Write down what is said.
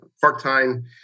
part-time